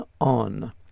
on